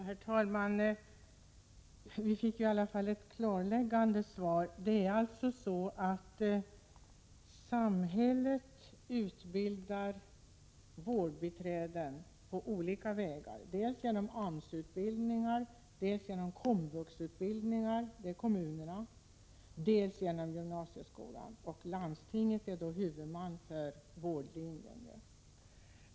Herr talman! Vi fick i alla fall ett klarläggande svar. Det är alltså så att samhället utbildar vårdbiträden på olika vägar dels genom AMS-utbildningar, dels genom komvuxutbildningar, som kommunerna står för, dels genom gymnasieskolan, varvid landstinget är huvudman för vårdlinjen.